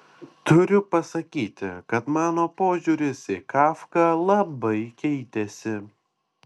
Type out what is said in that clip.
turiu pasakyti kad mano požiūris į kafką labai keitėsi